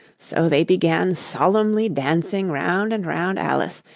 so they began solemnly dancing round and round alice,